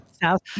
south